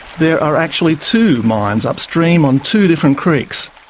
there are actually two mines upstream on two different creeks,